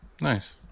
Nice